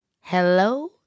Hello